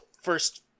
first